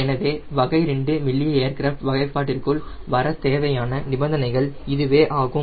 எனவே வகை 2 மெல்லிய ஏர்கிராஃப்ட் வகைபாட்டிற்குள் வர தேவையான நிபந்தனைகள் இதுவே ஆகும்